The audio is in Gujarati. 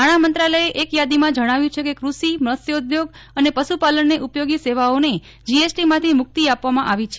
નાણામંત્રાલયે એક યાદીમાં જણાવ્યું છે કે કૃષિ મત્સ્યોઘોગ અને પશુપાલનને ઉપયોગી સેવાઓને જીએસટીમાંથી મુક્તિ આપવામાં આવી છે